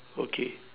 okay